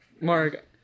Mark